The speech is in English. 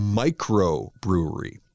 microbrewery